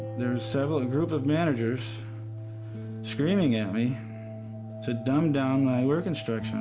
there were several, a group of managers screaming at me to dumb down my work instruction